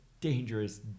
dangerous